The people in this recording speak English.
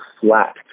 flat